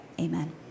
Amen